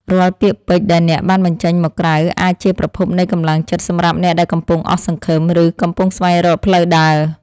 រាល់ពាក្យពេចន៍ដែលអ្នកបានបញ្ចេញមកក្រៅអាចជាប្រភពនៃកម្លាំងចិត្តសម្រាប់អ្នកដែលកំពុងអស់សង្ឃឹម ឬកំពុងស្វែងរកផ្លូវដើរ។